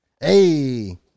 Hey